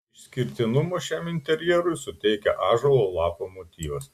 išskirtinumo šiam interjerui suteikia ąžuolo lapo motyvas